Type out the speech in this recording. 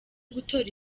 gutora